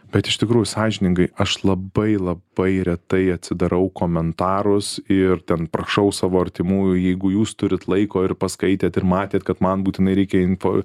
bet iš tikrųjų sąžiningai aš labai labai retai atsidarau komentarus ir ten prašau savo artimųjų jeigu jūs turit laiko ir paskaitėt ir matėt kad man būtinai reikia info